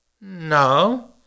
No